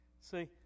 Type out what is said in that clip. See